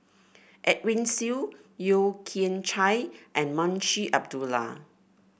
Edwin Siew Yeo Kian Chai and Munshi Abdullah